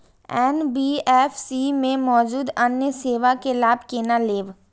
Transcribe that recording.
NBFC में मौजूद अन्य सेवा के लाभ केना लैब?